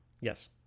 yes